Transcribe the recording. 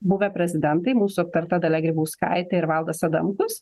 buvę prezidentai mūsų aptarta dalia grybauskaitė ir valdas adamkus